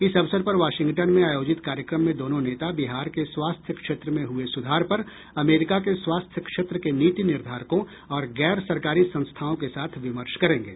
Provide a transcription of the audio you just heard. इस अवसर पर वाशिंगटन में आयोजित कार्यक्रम में दोनों नेता बिहार के स्वास्थ्य क्षेत्र में हुए सुधार पर अमेरिका के स्वास्थ्य क्षेत्र के नीति निर्धारकों और गैर सरकारी संस्थाओं के साथ विमर्श करेंगे